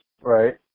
Right